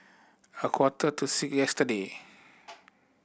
a quarter to six yesterday